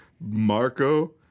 Marco